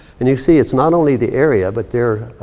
and you see it's not only the area, but they're